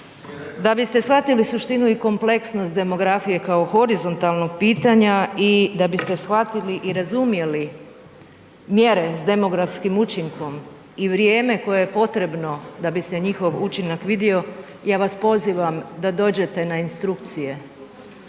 Da biste shvatili suštinu i kompleksnost demografije kao horizontalnog pitanja i da biste shvatili i razumjeli mjere s demografskim učinkom i vrijeme koje je potrebno da bi se njihov učinak vidio, ja vas pozivam da dođete na instrukcije,